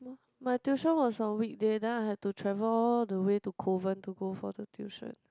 my tuition was on weekday then I had to travel all the way to Kovan to go for the tuition